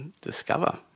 discover